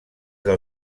del